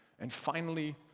and finally,